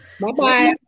Bye-bye